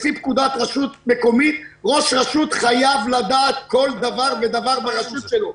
לפי פקודת הרשויות המקומיות ראש רשות חייב לדעת כל דבר ודבר ברשות שלו.